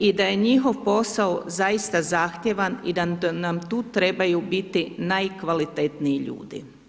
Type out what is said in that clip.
I da je njihov posao zaista zahtjevan i da nam tu trebaju biti najkvalitetniji ljudi.